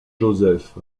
joseph